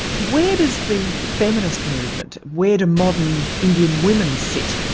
where does the feminist movement, where do modern indian women sit?